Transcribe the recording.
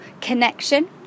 connection